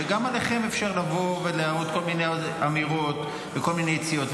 וגם עליכם אפשר לבוא ולהראות כל מיני אמירות וכל מיני יציאות,